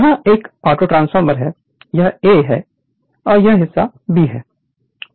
यहां यह auto transformer है यह A है यह हिस्सा B है और यहां कुछ हिस्सा C है